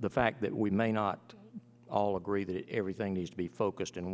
the fact that we may not all agree that everything needs to be focused in